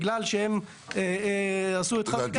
בגלל שהם עשו את חריגת הבנייה --- הבנתי,